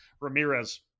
Ramirez